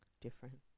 different